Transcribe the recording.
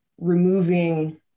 removing